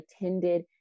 attended